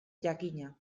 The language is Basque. jakina